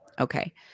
Okay